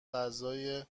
غذای